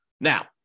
Now